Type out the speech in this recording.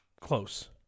close